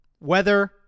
Weather